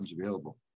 available